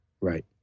Right